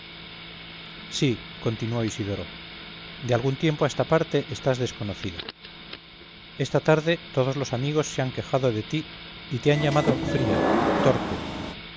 sí continuó isidoro de algún tiempo a esta parte estás desconocida esta tarde todos los amigos se han quejado de ti y te han llamado fría torpe